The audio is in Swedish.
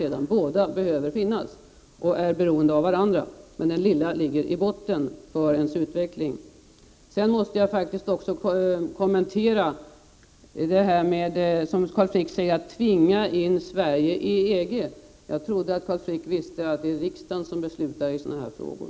Båda världarna behöver finnas och är beroende av varandra, men den lilla ligger i botten för människornas utveckling. Jag måste också kommentera det som Carl Frick säger om att ”tvinga in” Sverige i EG. Jag trodde att Carl Frick visste att det är riksdagen som beslutar i sådana här frågor.